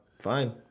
fine